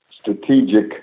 strategic